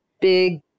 big